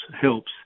helps